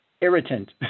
irritant